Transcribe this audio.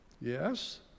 Yes